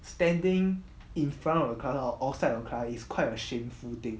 standing in front of the class or outside of class is quite a shameful thing